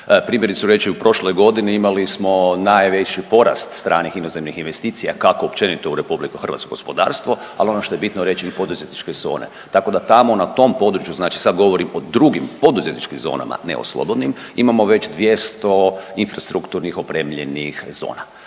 primjerice … u prošloj godini imali smo najveći porast stranih inozemnih investicija kako općenito u RH gospodarstvo, ali ono što je bitno reći i poduzetničke zone. Tako da tamo na tom području znači sad govorim o drugim poduzetničkim zonama, ne o slobodnim, imamo već 200 infrastrukturnih opremljenih zona